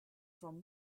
from